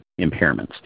impairments